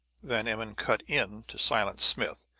van emmon cut in to silence smith,